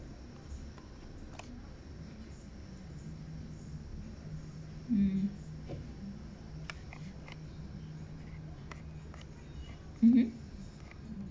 mm mmhmm